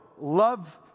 love